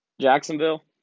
Jacksonville